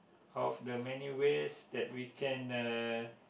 of the many ways that we can uh